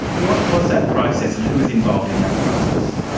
what was that process and who was involved in that process?